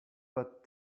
but